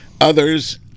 Others